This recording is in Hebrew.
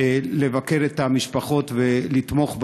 לבקר את המשפחות ולתמוך בהן.